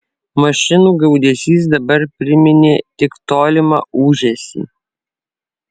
mašinų gaudesys dabar priminė tik tolimą ūžesį